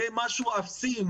זה משהו אפסי,